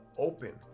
Open